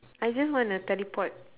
I just wanna teleport